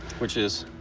which is?